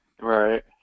Right